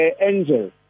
angel